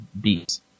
beats